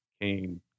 Cain